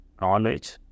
knowledge